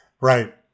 Right